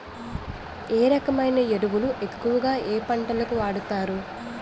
ఏ రకమైన ఎరువులు ఎక్కువుగా ఏ పంటలకు వాడతారు?